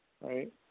right